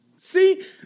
See